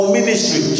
ministry